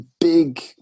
big